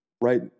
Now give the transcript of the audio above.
right